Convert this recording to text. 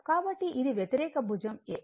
కాబట్టి ఇది వ్యతిరేక భుజం a